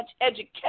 education